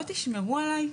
לא תשמרו עליי?